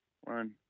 one